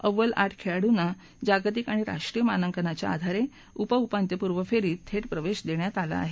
अव्वल आठ खेळाडूंना जागतिक आणि राष्ट्रीय मानांकनाच्या आधारे उपउपान्त्यपूर्व फेरीत थेट प्रवेश देण्यात आला आहे